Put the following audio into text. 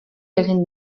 egin